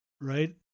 right